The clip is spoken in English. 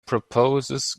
proposes